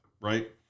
right